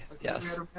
yes